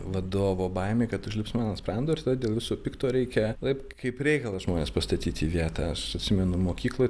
vadovo baimė kad užlips mano sprando ir tada dėl viso pikto reikia kaip reikalas žmones pastatyti į vietą aš atsimenu mokykloj